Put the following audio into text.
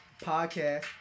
podcast